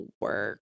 work